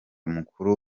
mukuru